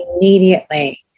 Immediately